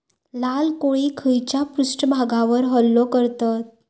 लाल कोळी खैच्या पृष्ठभागावर हल्लो करतत?